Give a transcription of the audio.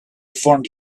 formed